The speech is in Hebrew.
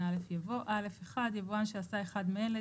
(א) יבוא: "(א1)יבואן שעשה אחד מאלה,